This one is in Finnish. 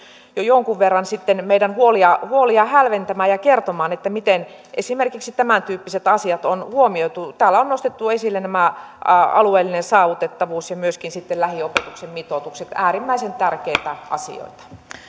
jo jonkun verran sitten meidän huoliamme huoliamme hälventämään ja kertomaan miten esimerkiksi tämäntyyppiset asiat on huomioitu täällä on nostettu esille alueellinen saavutettavuus ja myöskin sitten lähiopetuksen mitoitukset äärimmäisen tärkeitä asioita